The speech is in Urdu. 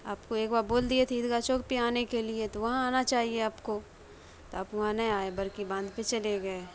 آپ کو ایک بار بول دیے تھے عید گاہ چوک پہ آنے کے لیے تو وہاں آنا چاہیے آپ کو تو آپ وہاں نہیں آئے بڑکی باندھ پہ چلے گئے